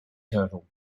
turtle